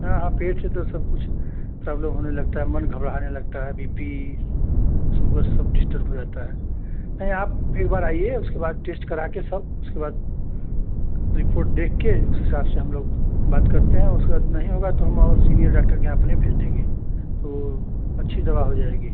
हाँ हाँ पेट से तो सब कुछ सब लो होने लगता है मन घबराने लगता है बी पी सुगर सब डिस्टर्ब हो जाता है नहीं आप एक बार आइए उसके बाद टेस्ट करा के सब उसके बाद रिपोर्ट देख के उस हिसाब से हम लोग बात करते हैं और उसके बाद नहीं होगा तो हम और सीनियर डाक्टर के यहाँ अपने भेज देंगे तो अच्छी दवा हो जाएगी